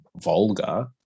vulgar